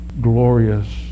glorious